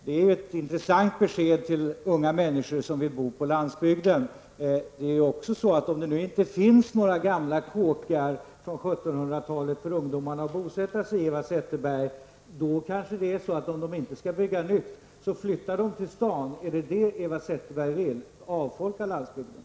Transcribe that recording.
Det är ett intressant besked till unga människor som vill bo på landsbygden. Och om det nu inte finns några gamla kåkar från 1700-talet för ungdomarna att bosätta sig i, Eva Zetterberg, så kanske det blir så, om de inte skall bygga nytt, att de flyttar till stan. Är det vad Eva Zetterberg vill -- avfolka landsbygden?